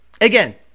again